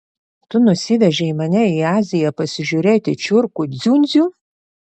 tu nusivežei mane į aziją pasižiūrėti čiurkų dziundzių